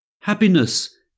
happiness